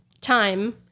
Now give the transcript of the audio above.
time